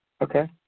Okay